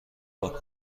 پاک